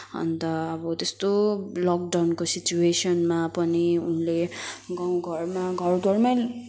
अन्त अब त्यस्तो लकडाउनको सिच्वेसनमा पनि उनले गाउँघरमा घरघरमै